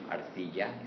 Arcilla